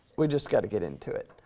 we just gotta get into it.